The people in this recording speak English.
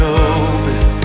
open